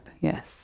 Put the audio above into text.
Yes